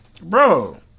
Bro